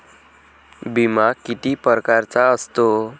बिमा किती परकारचा असतो?